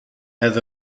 has